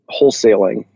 wholesaling